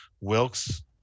Wilkes